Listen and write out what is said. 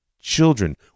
children